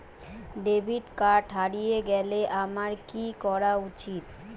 Debit card হারিয়ে গেলে আমার কি করা উচিৎ?